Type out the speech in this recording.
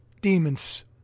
demons